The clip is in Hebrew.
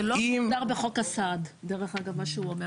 זה לא מוגדר בחוק הסעד מה שהוא אומר.